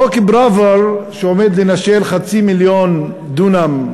חוק פראוור שעומד לנשל חצי מיליון דונם,